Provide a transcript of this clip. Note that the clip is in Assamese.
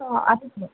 অঁ আহিব